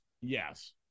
Yes